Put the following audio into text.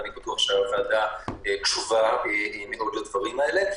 ואני בטוח שהוועדה קשובה מאוד לדברים האלה.